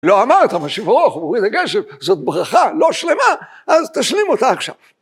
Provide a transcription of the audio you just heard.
לא אמרת משיב הרוח ומוריד הגשם, זאת ברכה לא שלמה, אז תשלים אותה עכשיו.